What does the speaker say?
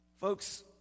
Folks